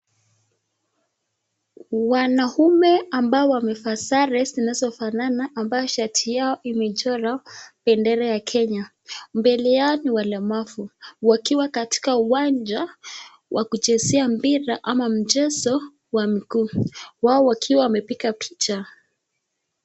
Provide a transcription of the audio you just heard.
Wanaume ambao wamevaa sare zinazofanana ambao shati yao imechorwa bendera ya Kenya. Mbele yao ni walemavu wakiwa katika uwanja wa kuchezea mpira ama mchezo wa miguu, wao wakiwa wamepiga picha.